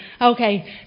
okay